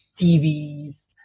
TVs